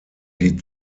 die